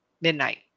midnight